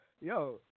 yo